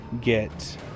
get